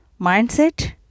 mindset